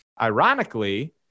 ironically